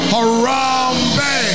Harambe